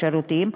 בשירותים?